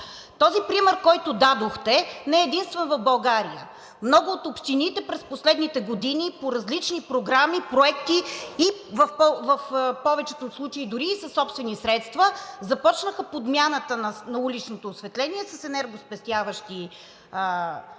Този пример, който дадохте, не е единствен в България. Много от общините през последните години по различни програми, проекти и в повечето случаи дори и със собствени средства започнаха подмяната на уличното осветление с енергоспестяващи осветителни